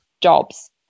jobs